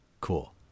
cool